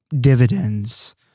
dividends